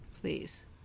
please